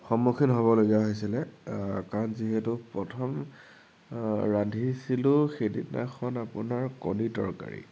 সন্মুখীন হ'বলগীয়া হৈছিলে কাৰণ যিহেতু প্ৰথম ৰান্ধিছিলো সেইদিনাখন আপোনাৰ কণী তৰকাৰী